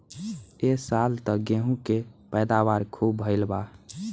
ए साल त गेंहू के पैदावार खूब भइल बा